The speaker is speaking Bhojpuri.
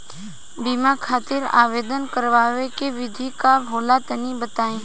बीमा खातिर आवेदन करावे के विधि का होला तनि बताईं?